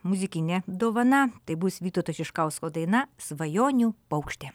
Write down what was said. muzikinė dovana tai bus vytauto šiškausko daina svajonių paukštė